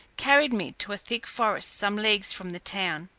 carried me to a thick forest some leagues from the town.